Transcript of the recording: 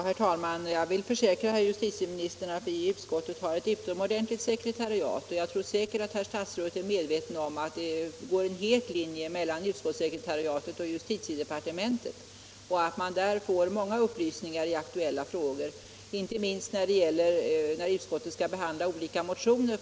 Herr talman! Jag vill försäkra herr justitieministern att vi i utskottet har ett utomordentligt sekretariat, och jag tror säkert att herr statsrådet är medveten om att det går en het linje mellan utskottssekretariatet och justitiedepartementet och att man där får många upplysningar i aktuella frågor, inte minst när utskottet skall behandla olika motioner.